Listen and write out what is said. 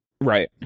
right